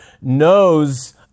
knows